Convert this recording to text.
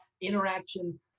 interaction